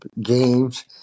games